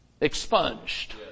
expunged